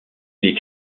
les